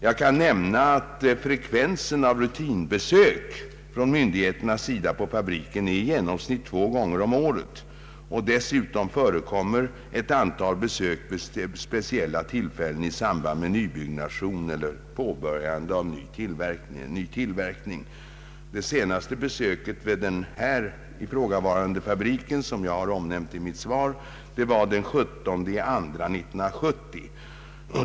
Jag kan nämna att frekvensen av rutinbesök från myndigheterna på fabriken är i genomsnitt två besök om året. Dessutom förekommer ett antal besök vid speciella tillfällen i samband med nybyggnation eller påbörjande av ny tillverkning. Det senaste besöket vid den fabrik som jag har omnämnt i mitt svar skedde den 17 februari 1970.